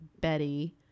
Betty